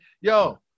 Yo